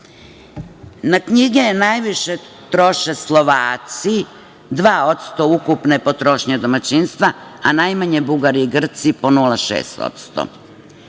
knjige najviše troše Slovaci, 2% ukupne potrošnje domaćinstva, a najmanje Bugari i Grci, po 0,6%.